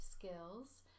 skills